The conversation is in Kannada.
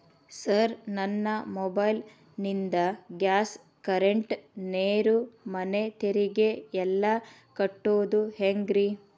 ಸರ್ ನನ್ನ ಮೊಬೈಲ್ ನಿಂದ ಗ್ಯಾಸ್, ಕರೆಂಟ್, ನೇರು, ಮನೆ ತೆರಿಗೆ ಎಲ್ಲಾ ಕಟ್ಟೋದು ಹೆಂಗ್ರಿ?